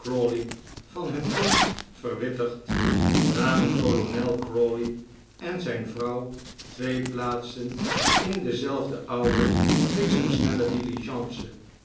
van hun komst verwittigd p namen kolonel crawley en zijn vrouw twee plaatsen in dezelfde oude bliksemp snelle